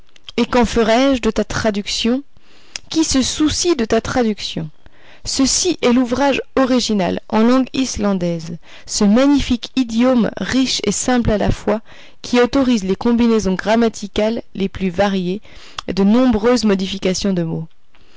et qu'en ferais-je de ta traduction qui se soucie de ta traduction ceci est l'ouvrage original en langue islandaise ce magnifique idiome riche et simple à la fois qui autorise les combinaisons grammaticales les plus variées et de nombreuses modifications de mots